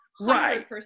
Right